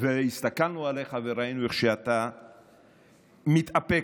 והסתכלנו עליך וראינו איך שאתה מתאפק.